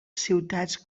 ciutats